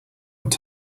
not